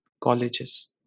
colleges